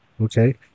Okay